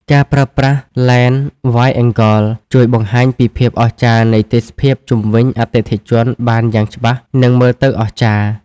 ការប្រើប្រាស់ឡេន Wide-angle ជួយបង្ហាញពីភាពអស្ចារ្យនៃទេសភាពជុំវិញអតិថិជនបានយ៉ាងច្បាស់ និងមើលទៅអស្ចារ្យ។